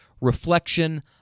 reflection